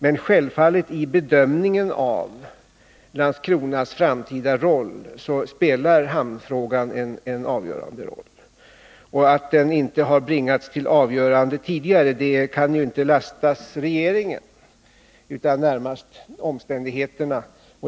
Men självfallet spelar hamnfrågan en avgörande roll vid bedömningen av Landskronas framtid. Att frågan inte tidigare bringats till avgörande kan ju regeringen inte lastas för, utan det beror närmast på omständigheterna.